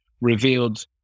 revealed